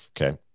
okay